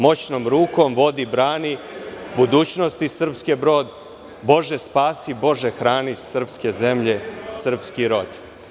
Moćnom rukom vodi, brani, budućnosti srpske brod, Bože spasi, Bože hrani, srpske zemlje, srpski rod.